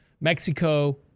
Mexico